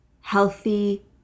healthy